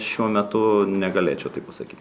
šiuo metu negalėčiau taip pasakyt